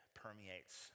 permeates